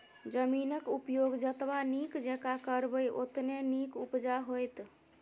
जमीनक उपयोग जतबा नीक जेंका करबै ओतने नीक उपजा होएत